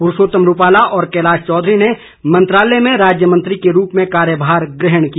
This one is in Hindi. पुरूषोत्तम रूपाला और कैलाश चौधरी ने मंत्रालय में राज्यमंत्री के रूप में कार्यभार ग्रहण किया